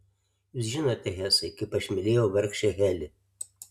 jūs žinote hesai kaip aš mylėjau vargšę heli